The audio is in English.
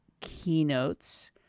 keynotes